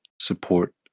support